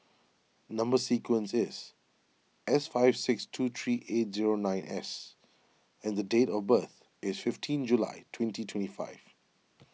Number Sequence is S five six two three eight zero nine S and date of birth is fifteen July twenty twenty five